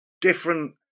different